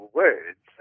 words